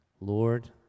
Lord